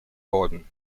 worden